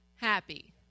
happy